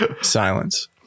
silence